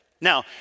Now